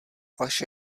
vaše